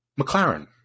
McLaren